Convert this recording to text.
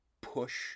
push